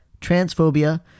transphobia